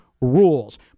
rules